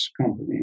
company